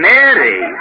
Mary